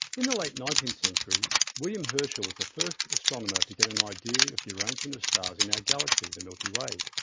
in the late nineteenth century, william herschel was the first astronomer to get an idea of the arrangement of stars in our galaxy the milky way.